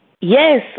yes